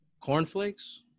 Cornflakes